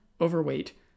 overweight